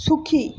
সুখী